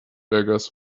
beggars